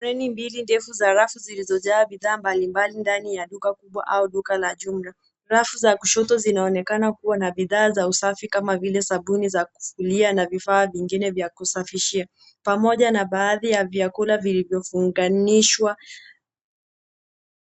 Leni mbili ndefu za rafu zilizojaa bidhaa mbalimbali ndani ya duka kubwa au duka la jumla. Rafu za kushoto zinaonekana kuwa na bidhaa za usafi kama vile sabuni za kufulia na vifaa vingine vya kusafishia ,pamoja na baadhi ya vyakula vilivyofunganishwa.